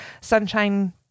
Sunshine